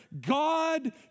God